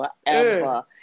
forever